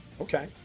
Okay